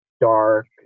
dark